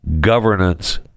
governance